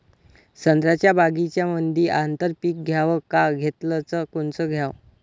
संत्र्याच्या बगीच्यामंदी आंतर पीक घ्याव का घेतलं च कोनचं घ्याव?